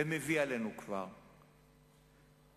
וכבר מביא עלינו,